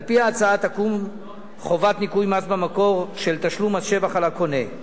על-פי ההצעה תקום חובת ניכוי מס במקור של תשלום מס שבח על הקונה.